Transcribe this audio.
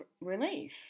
relief